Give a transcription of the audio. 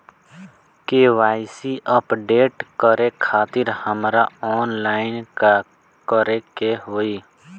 KYC update करे खातिर हमरा ऑनलाइन का करे के होई?